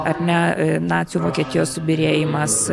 ar ne nacių vokietijos subyrėjimas